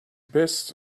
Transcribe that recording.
best